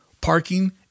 parking